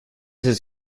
his